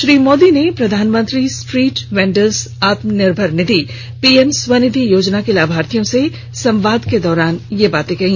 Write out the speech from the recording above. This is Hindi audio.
श्री मोदी ने प्रधानमंत्री स्ट्रीट वेंडर्स आत्मनिर्भर निधि पीएम स्वनिधि योजना के लाभार्थियों से संवाद के दौरान यह बात कही